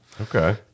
Okay